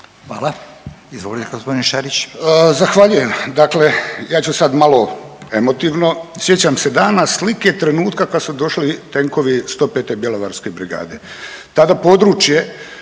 Hvala. Izvolite gospodin Šarić.